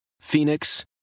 Phoenix